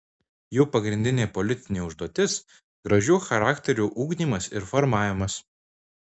jų pagrindinė politinė užduotis gražių charakterių ugdymas ir formavimas